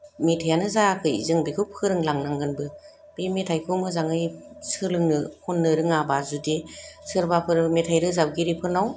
मेथाइयानो जायाखै जों बेखौ फोरोंलांनांगोनबो बे मेथाइखौ मोजाङै सोलोंनो खननो रोङाबा जुदि सोरबाफोर मेथाइ रोजाबगिरिफोरनाव